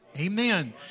amen